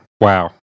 Wow